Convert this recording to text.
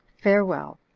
farewell.